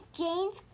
Jane's